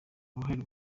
uruhare